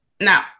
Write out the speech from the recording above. Now